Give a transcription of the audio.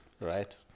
Right